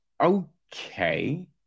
okay